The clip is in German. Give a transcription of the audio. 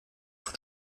von